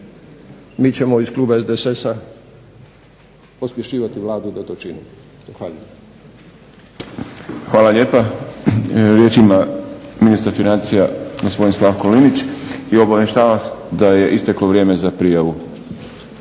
mi ćemo iz Kluba SDSS-a pospješivati Vladu da to čini. Zahvaljujem. **Šprem, Boris (SDP)** Hvala lijepa. Riječ ima ministar financija gospodin Slavko Linić. Obavještavam vas da je isteklo vrijeme za prijavu